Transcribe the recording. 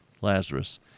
Lazarus